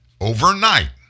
Overnight